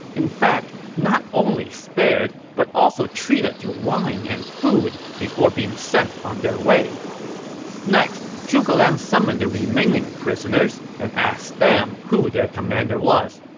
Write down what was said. in fact, not only spared, but also treated to wine and food before being sent on their way next, zhuge liang summoned the remaining prisoners and asked them who their commander was.